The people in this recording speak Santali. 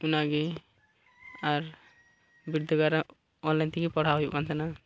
ᱚᱱᱟᱜᱮ ᱟᱨ ᱵᱤᱨᱫᱟᱹᱜᱟᱲ ᱨᱮ ᱚᱱᱞᱟᱭᱤᱱ ᱛᱮᱜᱮ ᱯᱟᱲᱦᱟᱣ ᱦᱩᱭᱩᱜ ᱠᱟᱱ ᱛᱟᱦᱮᱱᱟ